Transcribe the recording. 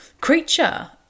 creature